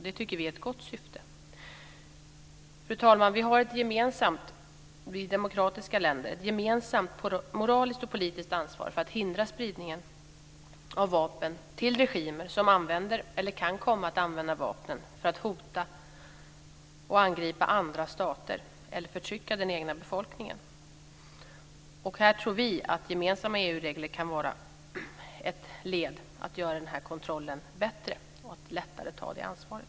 Det tycker vi är ett gott syfte. Fru talman! Vi har i demokratiska länder ett gemensamt moraliskt och politiskt ansvar för att hindra spridningen av vapen till regimer som använder eller kan komma att använda vapnen för att hota och angripa andra stater eller förtrycka den egna befolkningen. Här tror vi att gemensamma EU-regler kan vara ett led att göra kontrollen bättre och göra det lättare att ta det ansvaret.